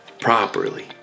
Properly